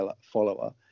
follower